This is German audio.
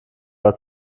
war